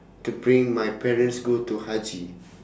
to bring my parents go to haji